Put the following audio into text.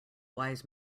wise